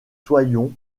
soyons